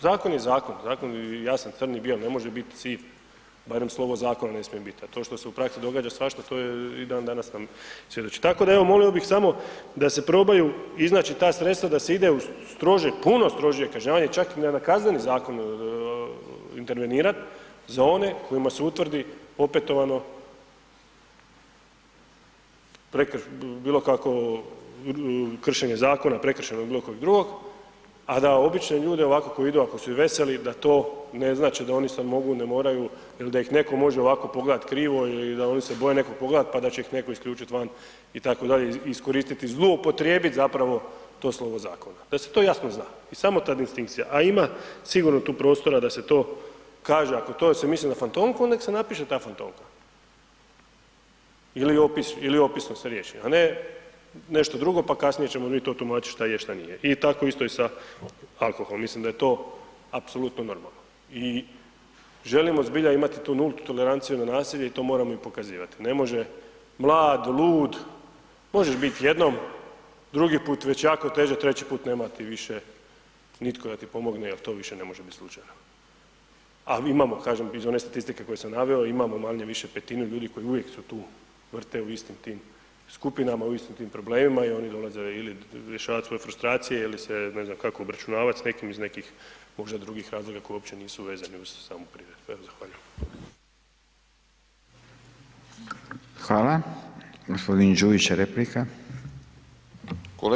Zakon je zakon, zakon je jasan crn i bijel, ne može bit siv, barem slovo zakona ne smije bit, a to što se u praksi događa svašta, to je i dan danas nam svjedoči, tako da evo molio bi samo da se probaju iznaći ta sredstva da se ide u strože, puno strožije kažnjavanje, čak i na Kazneni zakon intervenirat za one kojima se utvrdi opetovano bilo kakvo kršenje zakona, prekršajnog ili bilo kojeg drugog, a da obične ljude ovako koji idu ako su i veseli da to ne znači da sad oni mogu, ne moraju ili da ih neko može ovako pogledat krivo ili da oni se boje nekog pogleda, pa da će ih neko isključit van itd., iskoristiti i zloupotrijebit zapravo to slovo zakona, da se to jasno zna i samo ta distinkcija, a ima sigurno tu prostora da se to kaže, ako to se misli na fantomku nek se napiše ta fantomka ili opis, ili opisno se riješi, a ne nešto drugo, pa kasnije ćemo mi to tumačit šta je, šta nije i tako isto i sa alkoholom, mislim da je to apsolutno normalno i želimo zbilja imati tu nultu toleranciju na nasilje i to moramo i pokazivati, ne može mlad, lud, možeš biti jednom, drugi put već jako teže, treći put nema ti više nitko da ti pomogne jel to više ne može bit slučajno, a imamo kažem iz one statistike koje sam naveo, imamo manje-više petinu ljudi koji uvijek su tu, vrte u istim tim skupinama, u istim tim problemima i oni dolaze ili rješavat svoje frustracije ili se ne znam kako obračunavat s nekim iz nekih možda drugih razloga koji uopće nisu vezani uz samu priredbu, evo zahvaljujem.